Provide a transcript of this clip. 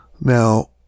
Now